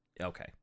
okay